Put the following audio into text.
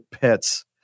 pets